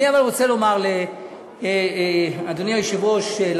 אני רוצה לומר לאדוני היושב-ראש,